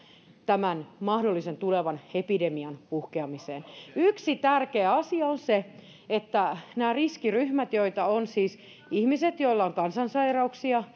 tämän mahdollisen tulevan epidemian puhkeamiseen yksi tärkeä asia on se että nämä riskiryhmät joita ovat siis ihmiset joilla on kansansairauksia